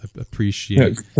appreciate